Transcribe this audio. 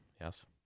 Yes